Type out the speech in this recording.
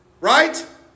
Right